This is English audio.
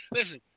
Listen